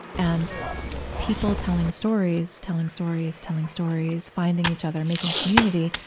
and people telling stories, telling stories, telling stories, finding each other, making community,